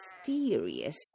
mysterious